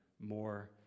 more